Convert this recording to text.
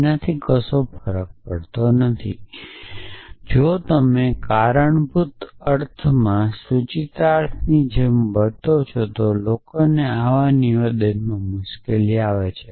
આથી કોઈ ફરક પડતો નથી અને જો તમે કારણભૂત અર્થમાં સૂચિતાર્થની જેમ વર્તે છે તો લોકોને આવા નિવેદનમાં મુશ્કેલી આવે છે